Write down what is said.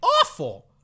awful